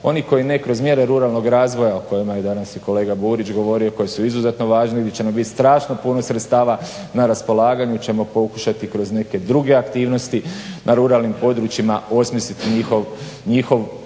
Oni koji ne kroz mjere ruralnog razvoja o kojima je danas i kolega Burić govorio, koji su izuzetno važni, gdje će nam bit strašno puno sredstava na raspolaganju, ćemo pokušati kroz neke druge aktivnosti na ruralnim područjima osmisliti njihov posao,